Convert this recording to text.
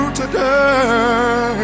today